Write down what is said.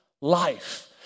life